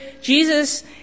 Jesus